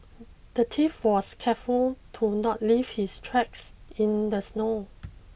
the thief was careful to not leave his tracks in the snow